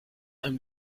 einem